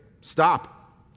Stop